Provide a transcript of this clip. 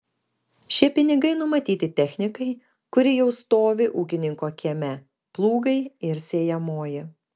šie pinigai numatyti technikai kuri jau stovi ūkininko kieme plūgai ir sėjamoji